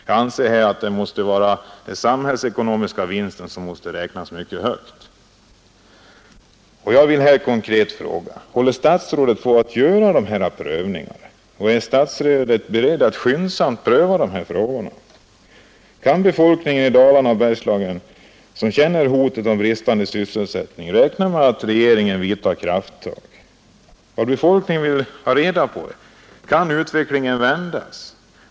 Jag anser att den samhällsekonomiska vinsten måste räknas mycket högt. Jag vill konkret fråga: Håller statsrådet på med några sådana prövningar, eller är statsrådet beredd att skyndsamt göra dessa prövningar? Kan den befolkning i Dalarna och Bergslagen, som känner hotet om bristande sysselsättning, räkna med att regeringen vidtar kraftåtgärder? Befolkningen vill ha reda på om utvecklingen kan vändas.